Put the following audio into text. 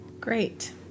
Great